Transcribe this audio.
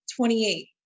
28